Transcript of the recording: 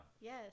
Yes